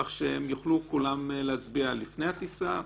כך שהם יוכלו כולם להצביע לפני הטיסה,